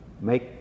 make